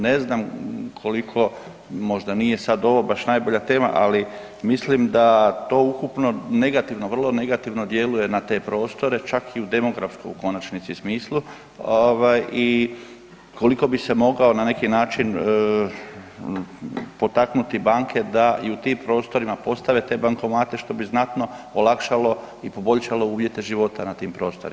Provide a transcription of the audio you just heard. Ne znam koliko, možda nije sad ovo baš najbolja tema, ali mislim da to ukupno negativno, vrlo negativno djeluje na te prostore, čak i u demografskom, u konačnici smislu i koliko bi se mogao na neki način potaknuti banke da i u tim prostorima postave te bankomate što bi znatno olakšalo i poboljšalo uvjete života na tim prostorima.